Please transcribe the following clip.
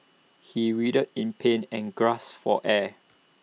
he writhed in pain and gasped for air